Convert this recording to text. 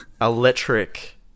electric